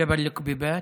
ג'בל אל-כביבאת.